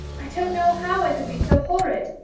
i don't know how i could be so horrid.